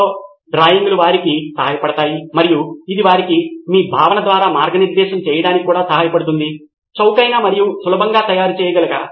ఒక మంచి పరిపాలనా బృందం ఉన్నందున సమాచారమును ఎవరు తీసుకువస్తున్నారు మరియు వారు ఆ తుది సమాచారమును సవరించడం మరియు నిర్మిస్తున్నారు కాబట్టి మళ్లీ ఉత్తమమైన సమాచారముకు మనము ఒక రకమైన బహుమతి వ్యవస్థను అందించగలిగితే